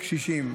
וקשישים.